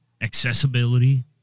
accessibility